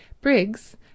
Briggs